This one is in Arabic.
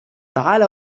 تعال